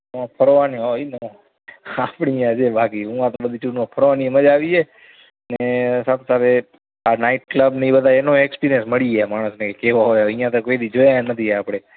ઉંઆ ફરવાની હા એ જ ને આપણી અહીંયા છે બાકી ઉંઆ તો બધી છૂટ છે ફરવાની એ મજા આવી જાય અને સાથે સાથે આ નાઈટ ક્લબ ને એ બધા એનો એકપિરિયન્સ મળી જાય માણસને એ કેવાં હોય અહીંયા તો કોઇ દી જોયા નથી આપણે